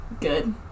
good